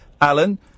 Alan